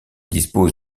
dispose